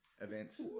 events